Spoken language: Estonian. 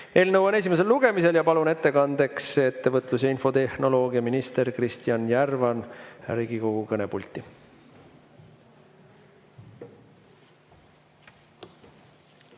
Eelnõu on esimesel lugemisel. Palun ettekandeks ettevõtlus‑ ja infotehnoloogiaminister Kristjan Järvani Riigikogu kõnepulti.